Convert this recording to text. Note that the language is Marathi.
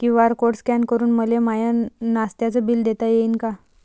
क्यू.आर कोड स्कॅन करून मले माय नास्त्याच बिल देता येईन का?